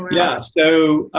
yeah, so